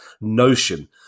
Notion